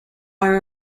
are